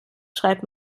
schreibt